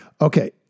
Okay